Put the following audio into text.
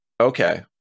Okay